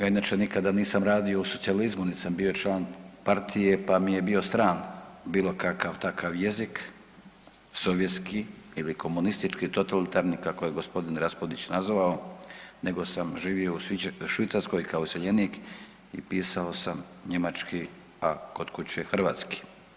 Ja inače nikada nisam radio u socijalizmu, niti sam bio član partije pa mi je bio stran bilo kakav takav jezik sovjetski ili komunistički totalitarni kako je gospodin Raspudić nazvao, nego sam živio u Švicarskoj kao iseljenik i pisao sam njemački, a kod kuće hrvatski.